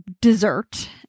dessert